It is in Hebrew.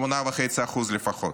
8.5% לפחות.